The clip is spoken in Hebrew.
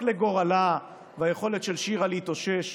לגורלה של שירה וליכולת שלה להתאושש